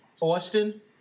Austin